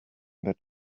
that